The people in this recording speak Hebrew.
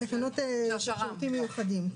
בתקנות שירותים מיוחדים.